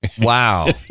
wow